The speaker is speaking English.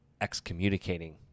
excommunicating